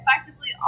effectively